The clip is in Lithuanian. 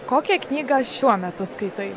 kokią knygą šiuo metu skaitai